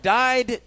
died